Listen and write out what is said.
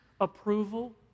approval